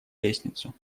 лестницу